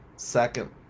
Second